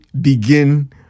begin